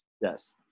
Yes